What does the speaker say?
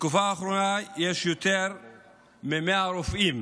בתקופה האחרונה יש יותר מ-100 רופאים